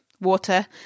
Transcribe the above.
water